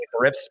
riffs